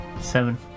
Seven